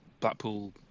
blackpool